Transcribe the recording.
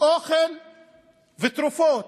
אוכל ותרופות.